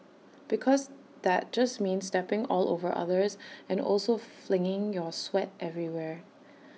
because that just means stepping all over others and also flinging your sweat everywhere